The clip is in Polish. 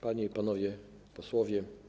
Panie i Panowie Posłowie!